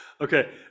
Okay